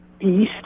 east